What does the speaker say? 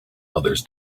others